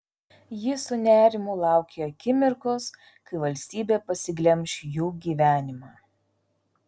ji su nerimu laukė akimirkos kai valstybė pasiglemš jų gyvenimą